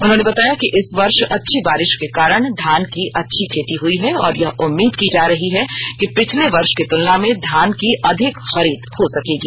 उन्होंने बताया कि इस वर्ष अच्छी बारिश के कारण घान की अच्छी खेती हुई है और यह उम्मीद की जा रही है कि पिछले वर्ष की तुलना में धान की अधिक खरीद हो सकेगी